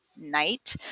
night